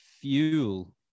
fuel